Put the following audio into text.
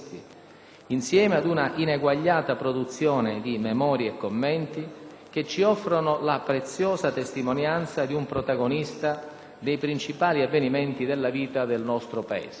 insieme ad una ineguagliata produzione di memorie e commenti, che ci offrono la preziosa testimonianza di un protagonista dei principali avvenimenti della vita del nostro Paese.